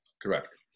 Correct